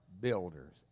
builders